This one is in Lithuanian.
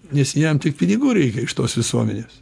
nes jam tik pinigų reikia iš tos visuomenės